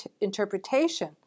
interpretation